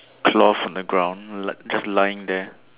cloth on the ground like just lying there